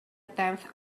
tenth